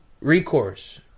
recourse